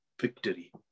victory